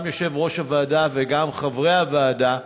גם יושב-ראש הוועדה וגם חברי הוועדה,